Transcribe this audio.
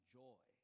joy